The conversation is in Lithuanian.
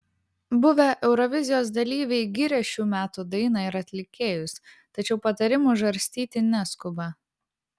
buvę eurovizijos dalyviai giria šių metų dainą ir atlikėjus tačiau patarimų žarstyti neskuba